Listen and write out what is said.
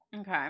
Okay